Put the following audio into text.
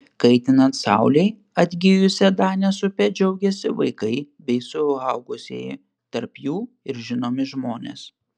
kaitinant saulei atgijusia danės upe džiaugiasi vaikai bei suaugusieji tarp jų ir žinomi žmonės